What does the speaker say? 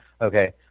Okay